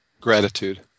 Gratitude